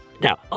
Now